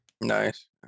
nice